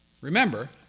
Remember